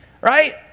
right